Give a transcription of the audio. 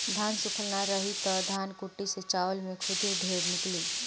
धान सूखल ना रही त धनकुट्टी से चावल में खुद्दी ढेर निकली